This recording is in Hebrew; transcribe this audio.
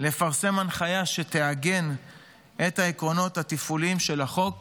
לפרסם הנחיה שתעגן את העקרונות התפעוליים של החוק